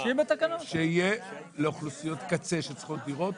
למוגבלות שכלית התפתחותית.